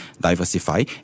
diversify